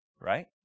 right